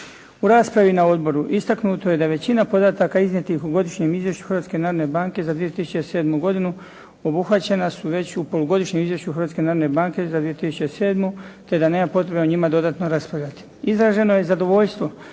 U raspravi na odboru istaknuto je da većina podataka iznijetih u Godišnjem izvješću Hrvatske narodne banke za 2007. godinu obuhvaćena su već u polugodišnjem izvješću Hrvatske narodne banke za 2007. te da nema potrebe o njima dodatno raspravljati. Izraženo je zadovoljstvo